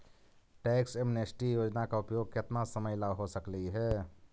tax amnesty योजना का उपयोग केतना समयला हो सकलई हे